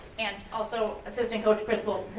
and also assistant coach chris wolf,